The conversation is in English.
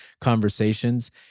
conversations